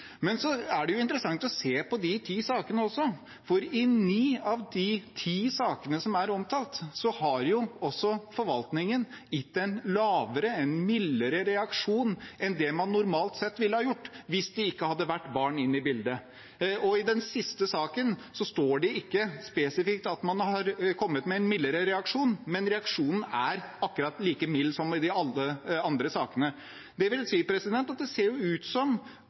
Men det er interessant å se på de ti sakene også, for i ni av de ti sakene som er omtalt, har forvaltningen gitt en mildere reaksjon enn det man normalt sett ville ha gjort hvis det ikke hadde vært barn inne i bildet. I den siste saken står det ikke spesifikt at man har kommet med en mildere reaksjon, men reaksjonen er akkurat like mild som i de andre sakene. Det vil si at det ser ut som